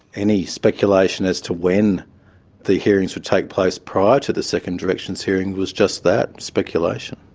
any speculation as to when the hearings would take place prior to the second directions hearing was just that, speculation.